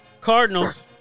Cardinals